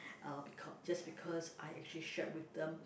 uh because just because I actually shared with them